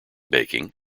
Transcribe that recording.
baking